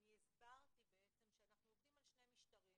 אני הסברתי בעצם שאנחנו עובדים על שני משטרים.